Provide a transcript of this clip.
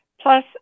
plus